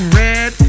red